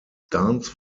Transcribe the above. dance